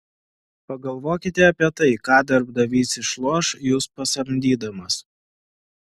pagalvokite apie tai ką darbdavys išloš jus pasamdydamas